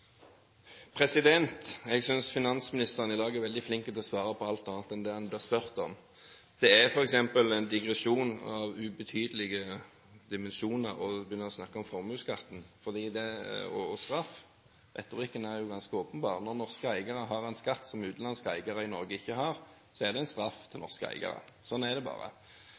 oppfølgingsspørsmål. Jeg synes finansministeren i dag er veldig flink til å svare på alt annet enn det han blir spurt om. Det er f.eks. en digresjon av ubetydelige dimensjoner å begynne å snakke om formuesskatten og straff. Retorikken er jo ganske åpenbar: Når norske eiere har en skatt som utenlandske eiere i Norge ikke har, er det en straff for norske eiere. Sånn er det bare.